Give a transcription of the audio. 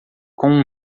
com